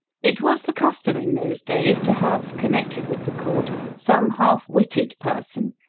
it was the custom in those days to have, connected with the court, some half-witted person,